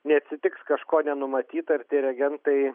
neatsitiks kažko nenumatyta ir tie reagentai